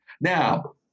Now